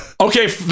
Okay